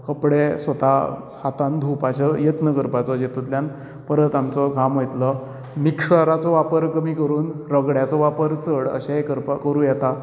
कपडे स्वता हातान धुवपाचो यत्न करपाचो जितूंतल्यान परत आमचो घाम वयतलो मिक्सराचो वापर कमी करून रगड्याचो वापर चड अशेंय करपा करूं येता